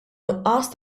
nuqqas